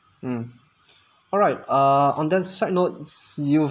mm alright uh on that side notes you